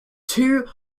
two